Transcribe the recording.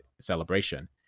celebration